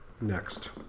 Next